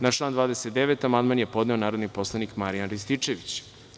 Na član 29. amandman je podneo narodni poslanik Marijan Rističević.